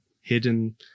hidden